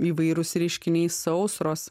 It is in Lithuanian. įvairūs reiškiniai sausros